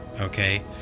okay